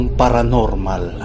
paranormal